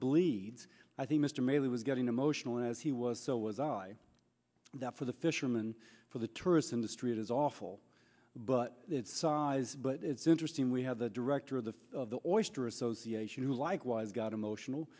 bleeds i think mr mayor he was getting emotional as he was so was i that for the fisherman for the tourist industry it is awful but size but it's interesting we have the director of the oyster association who likewise got emotional